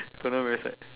colonel very sad